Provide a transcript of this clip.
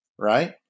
right